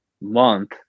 month